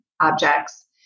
objects